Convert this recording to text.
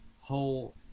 whole